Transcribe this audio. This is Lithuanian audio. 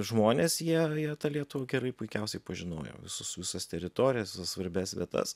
žmonės jie jie tą lietuvą gerai puikiausiai pažinojo visus visas teritorijas visas svarbias vietas